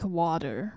water